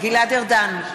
גלעד ארדן,